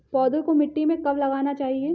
पौधों को मिट्टी में कब लगाना चाहिए?